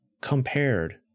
compared